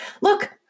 look